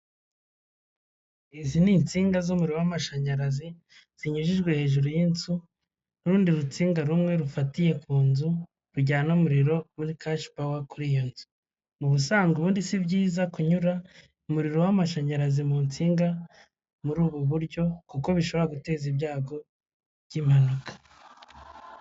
Izi ni insinga z'umuriro w'amashanyarazi zinyujijwe hejuru y'inzu n'urundi rutsinda rumwe rufatiye kunzu rujyana umuriro muri Cash power kuri iyo nzu mubusanzwe ubundi si byiza kunyura umuriro w'amashanyarazi muri ubu buryo kuko bishobora guteza ibyago by' impanuka.